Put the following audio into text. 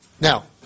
Now